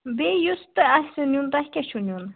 بیٚیہِ یُس تہِ آسہِ نِیُن تۄہہِ کیٛاہ چھُ نِیُن